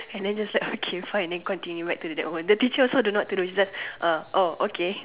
and then just like okay fine then continue back to their own the teacher also don't know what to do she just okay